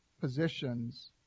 positions